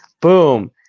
Boom